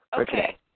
Okay